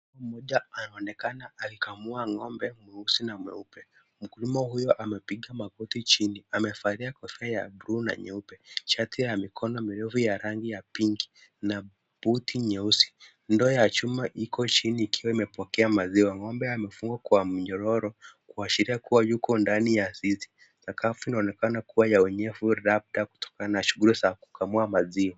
Mkulima mmoja anaonekana akikamua ng'ombe mweusi na mweupe. Mkulima huyu amepiga magoti chini. Amevalia kofia ya buluu na nyeupe, shati ya mikono mirefu ya rangi ya pinki na buti nyeusi. Ndoo ya chuma iko chini ikiwa imepokea maziwa.Ng'ombe amefungwa kwa mnyororo kuashiria kuwa yuko ndani ya zizi. Sakafu inaonekana kuwa ya unyevu labda kutokana na shughuli za kukamua maziwa.